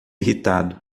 irritado